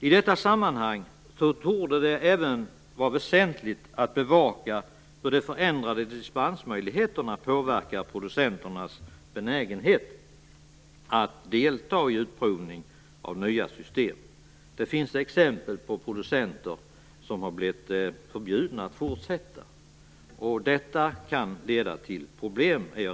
I detta sammanhang torde det även vara väsentligt att bevaka hur de förändrade dispensmöjligheterna påverkar producenternas benägenhet att delta i utprovning av nya system. Det finns exempel på producenter som blivit förbjudna att fortsätta. Jag är rädd för att detta kan leda till problem.